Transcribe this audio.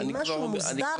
עם משהו מוסדר,